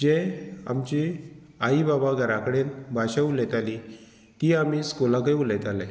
जे आमची आई बाबा घरा कडेन भाशा उलयताली ती आमी स्कुलाकय उलयताले